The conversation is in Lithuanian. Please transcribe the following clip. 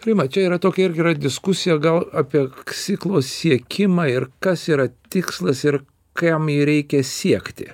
rima čia yra tokia irgi yra diskusija gal apie ksiklo siekimą ir kas yra tikslas ir kam jį reikia siekti